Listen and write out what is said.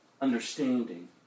understanding